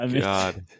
God